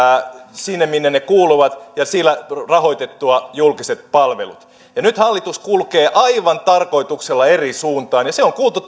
sinne minne ne kuuluvat ja sillä rahoitettua julkiset palvelut ja nyt hallitus kulkee aivan tarkoituksella eri suuntaan tänä iltana on kuultu